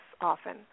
often